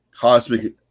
cosmic